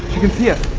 she can see us.